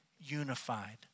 unified